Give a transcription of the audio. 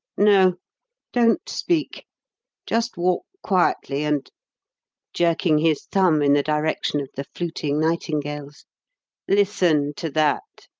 no don't speak just walk quietly and jerking his thumb in the direction of the fluting nightingales listen to that.